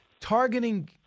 targeting